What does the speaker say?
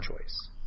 choice